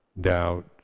doubt